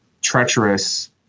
treacherous